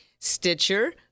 stitcher